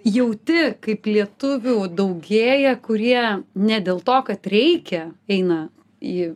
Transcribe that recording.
jauti kaip lietuvių daugėja kurie ne dėl to kad reikia eina į